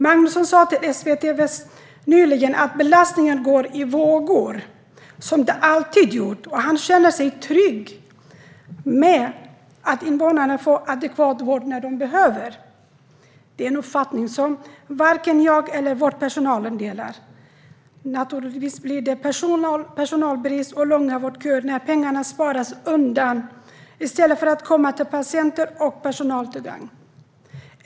Magnusson sa nyligen till SVT Väst att belastningen går i vågor som den alltid har gjort. Han känner sig trygg med att invånarna får adekvat vård när de behöver det. Det är en uppfattning som varken jag eller vårdpersonalen delar. Naturligtvis blir det personalbrist och långa vårdköer när pengarna sparas undan i stället för att komma patienter och personal till gagn.